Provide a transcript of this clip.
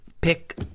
pick